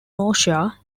nausea